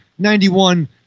91